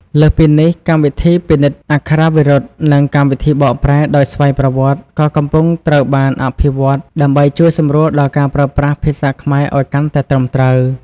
លើសពីនេះ កម្មវិធីពិនិត្យអក្ខរាវិរុទ្ធ និងកម្មវិធីបកប្រែដោយស្វ័យប្រវត្តិ ក៏កំពុងត្រូវបានអភិវឌ្ឍដើម្បីជួយសម្រួលដល់ការប្រើប្រាស់ ភាសាខ្មែរឱ្យកាន់តែត្រឹមត្រូវ។